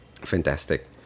Fantastic